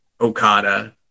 Okada